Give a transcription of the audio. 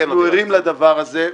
אנחנו ערים לדבר הזה,